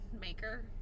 maker